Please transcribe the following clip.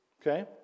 okay